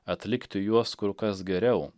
atlikti juos kur kas geriau